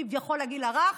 כביכול לגיל הרך,